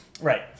Right